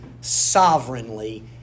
sovereignly